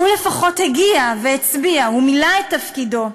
הוא לפחות הגיע והצביע, הוא מילא את תפקידו.